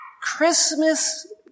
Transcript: Christmas